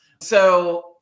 So-